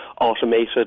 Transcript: automated